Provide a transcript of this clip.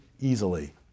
Easily